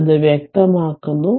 ഞാൻ അത് വ്യക്തമാക്കുന്നു